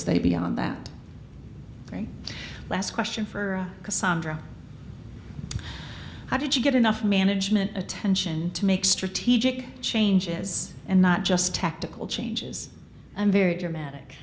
stay beyond that last question for casandra how did you get enough management attention to make strategic changes and not just tactical changes i'm very dramatic